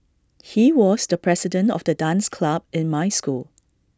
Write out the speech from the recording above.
he was the president of the dance club in my school